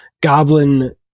goblin